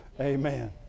Amen